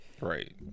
right